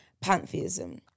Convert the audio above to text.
pantheism